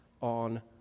on